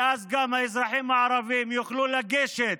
ואז גם האזרחים הערבים יוכלו לגשת